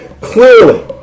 clearly